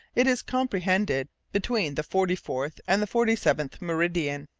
it is comprehended between the forty-fourth and the forty, seventh meridian.